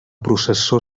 processó